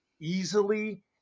easily